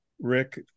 Rick